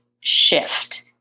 shift